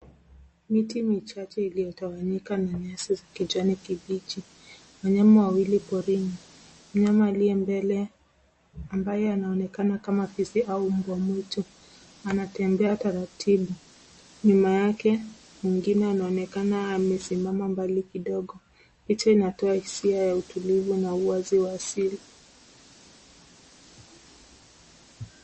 Miti michache iliotawanyika na nyasi za kijani kibichi. Wanyama wawili porini. Mnyama aliye mbele, ambaye anaonekana kama fisi au mbwamwitu anatembea taratibu. Nyuma yake mwingine anaonekana amesimama mbali kidogo. Picha inatoa hisia ya utulivu na uwazi wa asili.